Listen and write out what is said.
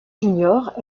junior